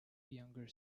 younger